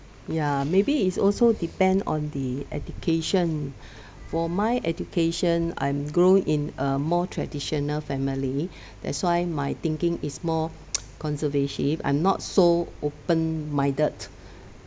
ya maybe it's also depend on the education for my education I'm grown in a more traditional family that's why my thinking is more conservative I'm not so open-minded